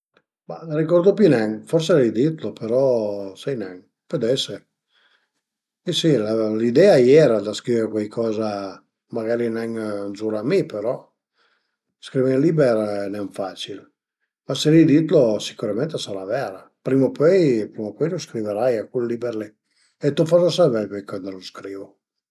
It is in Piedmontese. Ma üna persun-a influenta al e staita 'na persun-a che avìu cunusü tanti ani fa ch'ades pürtrop a ie pi nen e niente al a inflüensame ënt ël fatto che suma cunusüse tramite radio e pöi al avìa ciamame se andazìa travaié ëndua a i era chiel e cuandi l'ai savü chi a i era al a, sun restà bastansa ënflüensà perché praticament al era ël cap dël përsunal dë cula azienda